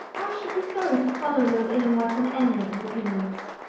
i should be sorry to follow lord illingworth in any of his opinions.